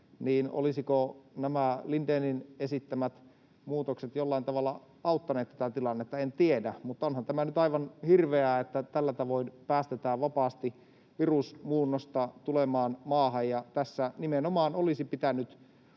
niin olisivatko nämä Lindénin esittämät muutokset jollain tavalla auttaneet tätä tilannetta, en tiedä. Mutta onhan tämä nyt aivan hirveää, että tällä tavoin päästetään vapaasti virusmuunnosta tulemaan maahan. Hallituksen olisi nimenomaan pitänyt